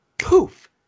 Poof